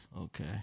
Okay